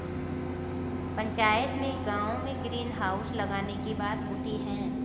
पंचायत में गांव में ग्रीन हाउस लगाने की बात उठी हैं